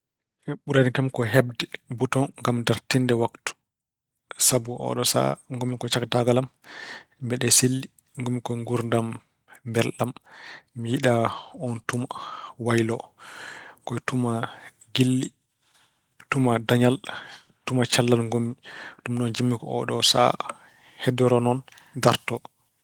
Ɓurani kam ko heɓde butoŋ ngam dartinde waktu. Sabu oɗoo sahaa ngonmi ko e cagataagal am, mbeɗe selli. Ngonmi ko nguurndam mbelɗam. Mi yiɗaa oon tuma wayloo. Ko tuma giɗli, tuma dañal, tuma cellal ngonmi. Ɗum noon njiɗi-mi ko oɗoo sahaa heddoro noon, darto.